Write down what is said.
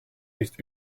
ist